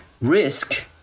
Risk